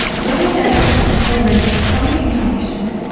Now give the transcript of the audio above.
where there is an element of chronic inflammation,